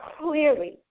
clearly